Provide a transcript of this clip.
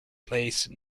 placed